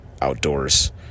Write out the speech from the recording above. outdoors